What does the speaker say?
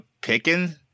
picking